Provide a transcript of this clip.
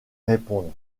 répondre